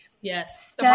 Yes